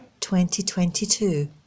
2022